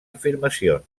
afirmacions